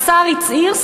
השר הצהיר,